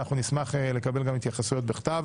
נשמח לקבל התייחסויות בכתב.